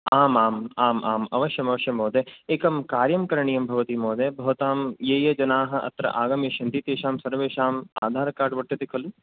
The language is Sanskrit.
आमाम् आमाम् अवश्यमवश्यं महोदय एकं कार्यं करणीयं भवति महोदय् भवतां ये ये जनाः अत्र आगमिष्यन्ति तेषां सर्वेषां आधारकार्ड् वर्तते कलु